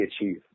achieve